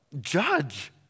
judge